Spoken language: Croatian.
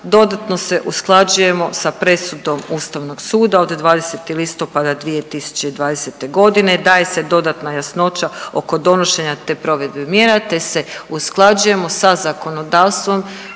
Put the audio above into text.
dodatno se usklađujemo sa presudom Ustavnog suda od 20. listopada 2020.g. daje se dodatna jasnoća oko donošenja te provedbe mjera te se usklađujemo sa zakonodavstvom